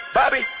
Bobby